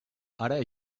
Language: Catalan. ara